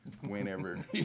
Whenever